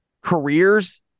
careers